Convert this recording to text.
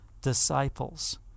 disciples